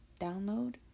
download